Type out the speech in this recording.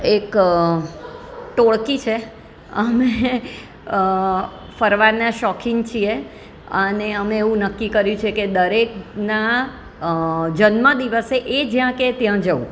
એક ટોળકી છે અમે ફરવાના શોખીન છીએ અને અમે એવું નક્કી કર્યું છે કે દરેકના જન્મ દિવસે એ જ્યાં કે ત્યાં જવું